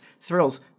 thrills